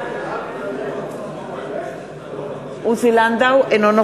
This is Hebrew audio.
אינו נוכח מנחם אליעזר מוזס, אינו נוכח